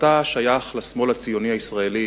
אתה שייך לשמאל הציוני הישראלי,